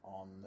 on